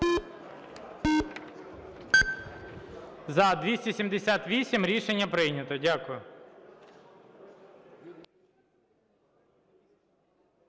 За-278 Рішення прийнято. Дякую.